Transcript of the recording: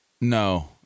No